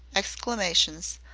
exclamations,